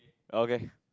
okay